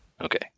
Okay